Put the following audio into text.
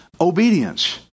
obedience